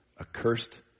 accursed